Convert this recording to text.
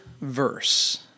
verse